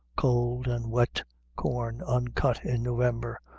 cold and wet corn uncut in november,